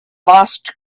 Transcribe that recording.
lost